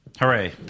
Hooray